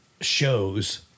shows